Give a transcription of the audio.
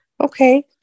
okay